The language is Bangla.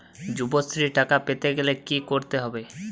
যুবশ্রীর টাকা পেতে গেলে কি করতে হবে?